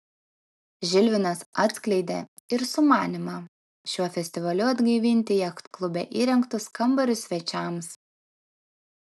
žilvinas atskleidė ir sumanymą šiuo festivaliu atgaivinti jachtklube įrengtus kambarius svečiams